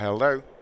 Hello